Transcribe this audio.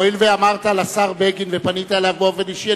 הואיל ופנית לשר בגין באופן אישי,